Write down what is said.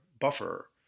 buffer